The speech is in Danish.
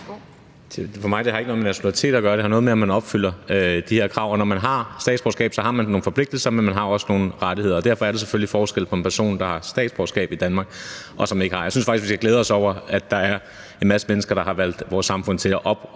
For mig har det ikke noget med nationalitet at gøre, det har noget at gøre med, at man opfylder de her krav, og når man har statsborgerskab, har man nogle forpligtelser, men man har også nogle rettigheder, og derfor er der selvfølgelig forskel på en person, der har statsborgerskab i Danmark, og en, som ikke har det. Jeg synes faktisk, vi skal glæde os over, at der er en masse mennesker, der har valgt vores samfund til, og